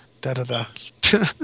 Da-da-da